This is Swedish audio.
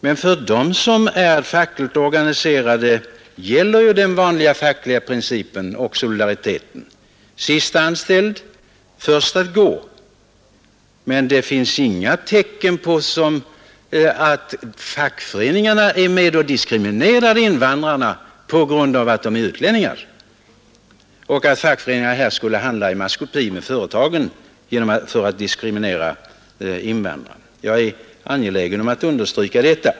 Men för dem som är fackligt organiserade gäller den vanliga fackliga principen och solidariteten: Sist anställd, först att gå. Det finns inga tecken på att fackföreningarna skulle diskriminera invandrarna på grund av att de är utlänningar och att man därvid skulle handla i maskopi med företagen. Jag är angelägen om att understryka detta.